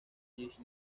jesse